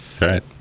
Right